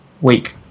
week